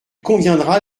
conviendra